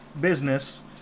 business